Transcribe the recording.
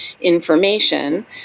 information